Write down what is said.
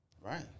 Right